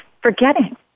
forgetting